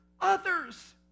others